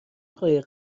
قایق